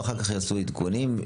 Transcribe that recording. ואחר כך יעשו עדכונים,